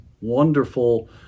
wonderful